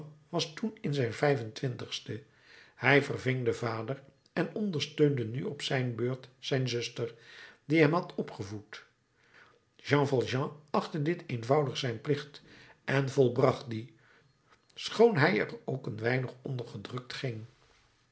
was toen in zijn vijf-en-twintigste hij verving den vader en ondersteunde nu op zijn beurt zijn zuster die hem had opgevoed jean valjean achtte dit eenvoudig zijn plicht en volbracht dien schoon hij er ook een weinig onder gedrukt ging